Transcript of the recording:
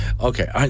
Okay